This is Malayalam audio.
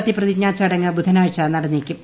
സത്യപ്രതിജ്ഞാ ചടങ്ങ് ബുധനാഴ്ച നടന്നേക്കും